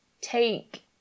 take